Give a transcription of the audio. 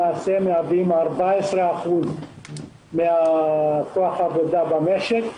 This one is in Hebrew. מהווים 14% מכוח העבודה במשק.